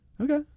Okay